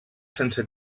sense